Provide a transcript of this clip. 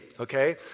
okay